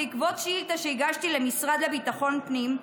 בעקבות שאילתה שהגשתי למשרד לביטחון הפנים,